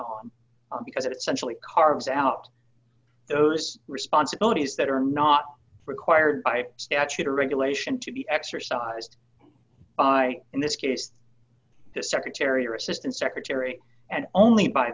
because it centrally carves out those responsibilities that are not required by statute or regulation to be exercised by in this case the secretary or assistant secretary and only b